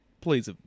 please